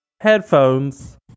headphones